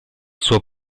suo